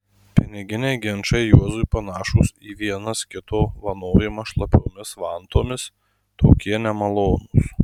piniginiai ginčai juozui panašūs į vienas kito vanojimą šlapiomis vantomis tokie nemalonūs